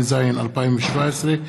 אנחנו מגיעים להצעה לסדר-היום האחרונה היום.